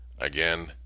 again